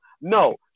no